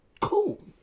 Cool